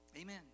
Amen